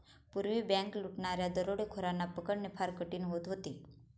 पूर्वी बँक लुटणाऱ्या दरोडेखोरांना पकडणे फार कठीण होत होते